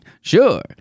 Sure